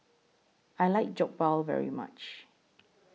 I like Jokbal very much